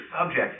subject